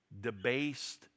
debased